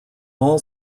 all